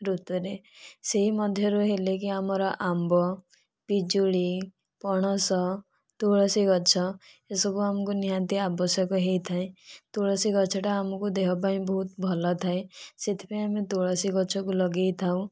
ଋତୁରେ ସେହି ମଧ୍ୟରୁ ହେଲେ କି ଆମର ଆମ୍ବ ପିଜୁଳି ପଣସ ତୁଳସୀ ଗଛ ଏସବୁ ଆମକୁ ନିହାତି ଆବଶ୍ୟକ ହୋଇଥାଏ ତୁଳସୀ ଗଛଟା ଆମକୁ ଦେହ ପାଇଁ ବହୁତ ଭଲ ଥାଏ ସେଥିପାଇଁ ଆମେ ତୁଳସୀ ଗଛକୁ ଲଗାଇଥାଉ